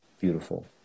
beautiful